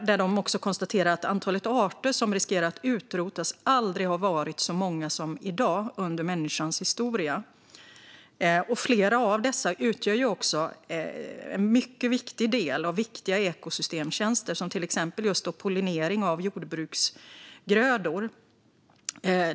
Där konstaterade man att antalet arter som riskerar att utrotas aldrig under människans historia har varit så stort som i dag. Flera av dessa utgör också en viktig del av viktiga ekosystemtjänster, till exempel pollinering av jordbruksgrödor.